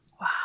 Wow